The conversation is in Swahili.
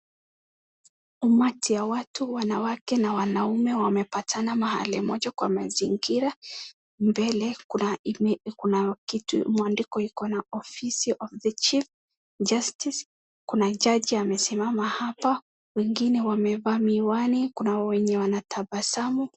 Umati ya watu wanawake na wanaume wamepatana mahali moja kwa mazingira .Mbele kuna kitu mwandiko ikona ofisi of the chief justice .Kuna jugi amesimama hapa wengine wamevaa miwani kuna wenye wanatabasamu .